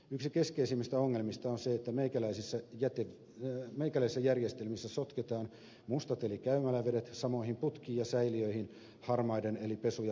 yksi keskeisimmistä ongelmista on se että meikäläisissä järjestelmissä sotketaan mustat eli käymälävedet samoihin putkiin ja säiliöihin harmaiden eli pesu ja pyykkivesien kanssa